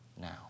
now